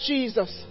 Jesus